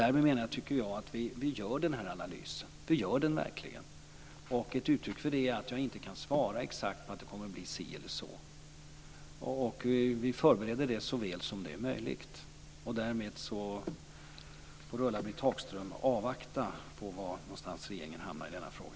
Därmed tycker jag att vi verkligen gör den här analysen. Ett uttryck för det är att jag inte kan svara exakt att det kommer att bli si eller så. Vi förbereder detta så väl som det är möjligt. Därmed får Ulla-Britt Hagström avvakta var regeringen hamnar i denna fråga.